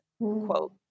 quote